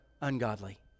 ungodly